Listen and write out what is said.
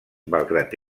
malgrat